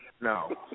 no